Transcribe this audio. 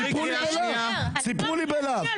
סעיף 3,